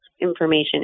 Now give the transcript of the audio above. information